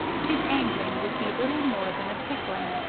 his angling would be little more than a tickling.